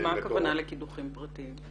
מה הכוונה לקידוחים פרטיים?